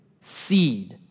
seed